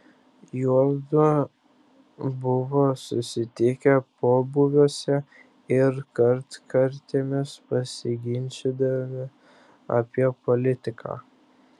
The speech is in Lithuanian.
juodu buvo susitikę pobūviuose ir kartkartėmis pasiginčydavę apie politiką